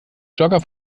jogger